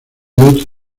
otro